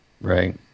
Right